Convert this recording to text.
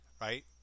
right